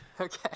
Okay